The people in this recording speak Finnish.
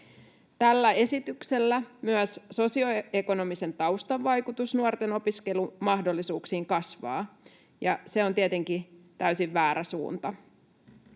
Tällä esityksellä myös sosioekonomisen taustan vaikutus nuorten opiskelumahdollisuuksiin kasvaa, ja se on tietenkin täysin väärä suunta.